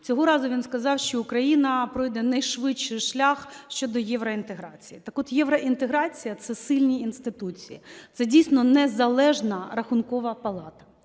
цього разу він сказав, що Україна пройде найшвидший шлях щодо євроінтеграції. Так-от євроінтеграція – це сильні інституції, це, дійсно, незалежна Рахункова палата.